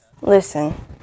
Listen